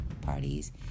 parties